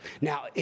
Now